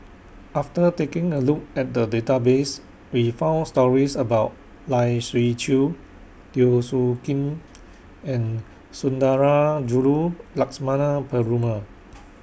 after taking A Look At The Database We found stories about Lai Siu Chiu Teo Soon Kim and Sundarajulu Lakshmana Perumal